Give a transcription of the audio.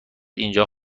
اینجا